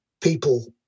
people